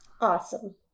Awesome